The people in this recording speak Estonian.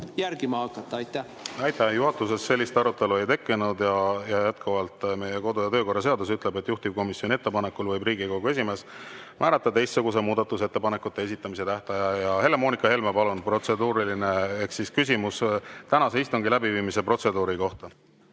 järgima hakata? Aitäh! Juhatuses sellist arutelu ei tekkinud ja jätkuvalt: meie kodu‑ ja töökorra seadus ütleb, et juhtivkomisjoni ettepanekul võib Riigikogu esimees määrata teistsuguse muudatusettepanekute esitamise tähtaja. Helle-Moonika Helme, palun, protseduuriline ehk küsimus tänase istungi läbiviimise protseduuri kohta!